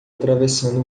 atravessando